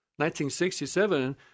1967